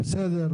בסדר,